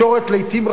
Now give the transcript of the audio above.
לעתים קרובות,